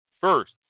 first